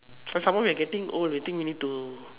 some some more we're getting old I think we need to